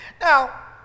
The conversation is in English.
Now